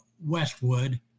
Westwood